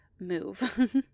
move